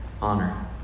honor